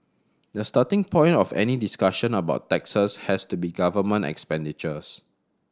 the starting point of any discussion about taxes has to be government expenditures